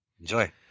enjoy